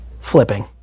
Flipping